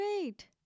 great